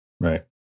right